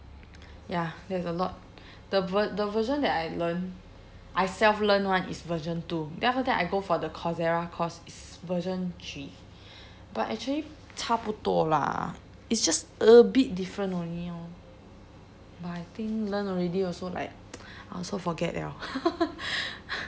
ya there's a lot the ver~ the version that I learn I self-learn [one] is version two then after that I go for the Coursera course is version three but actually 差不多 lah it's just a bit different only lor but I think learn already also like I also forget liao